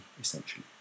essentially